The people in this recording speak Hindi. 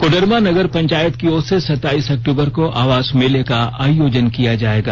कोडरमा नगर पंचायत की ओर से सताईस अक्टूबर को आवास मेले का आयोजन किया जाएगा